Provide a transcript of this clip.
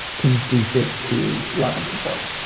conducive to love and support.